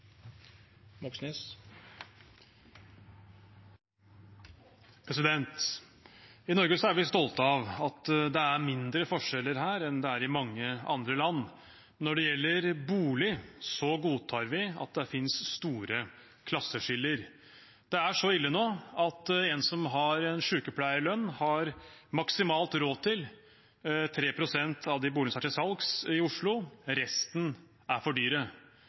vi stolte av at det er mindre forskjeller her enn det er i mange andre land. Når det gjelder bolig, godtar vi at det finnes store klasseskiller. Nå er det så ille at en som har en sykepleierlønn, har maksimalt råd til 3 pst. av de boligene som er til salgs i Oslo, resten er for dyre.